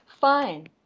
fine